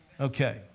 Okay